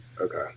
Okay